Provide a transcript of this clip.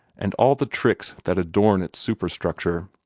and all the tricks that adorn its superstructure.